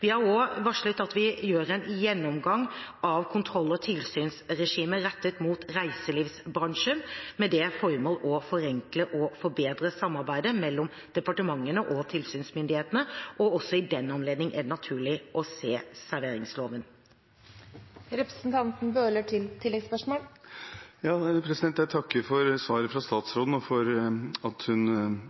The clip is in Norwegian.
Vi har også varslet at vi gjør en gjennomgang av kontroll- og tilsynsregimet rettet mot reiselivsbransjen – med det formål å forenkle og forbedre samarbeidet mellom departementene og tilsynsmyndighetene. Også i den anledning er det naturlig å se på serveringsloven. Jeg takker for svaret fra statsråden og for at hun